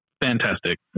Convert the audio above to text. Fantastic